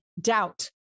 doubt